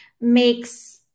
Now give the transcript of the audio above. makes